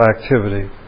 activity